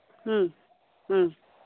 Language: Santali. ᱦᱮᱸ ᱦᱮᱸ